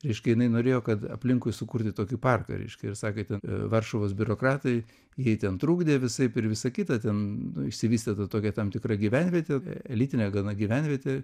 reiškia jinai norėjo kad aplinkui sukurti tokį parką reiškia ir sakė ten varšuvos biurokratai jai ten trukdė visaip ir visa kita ten nu išsivystė ta tokia tam tikra gyvenvietė elitinė gana gyvenvietė